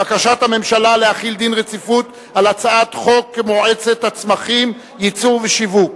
בקשת הממשלה להחיל דין רציפות על הצעת חוק מועצת הצמחים (ייצור ושיווק)